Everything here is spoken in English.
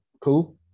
Cool